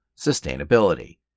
sustainability